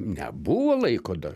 nebuvo laiko dar